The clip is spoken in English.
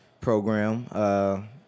program